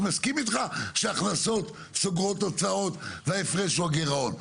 אני מסכים איתך שהכנסות סוגרות הוצאות וההפרש הוא הגירעון,